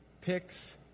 picks